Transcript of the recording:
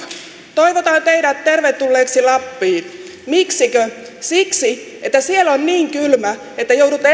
toivotan teidät tervetulleeksi lappiin miksikö siksi että siellä on niin kylmä että joudutte